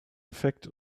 defekt